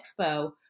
Expo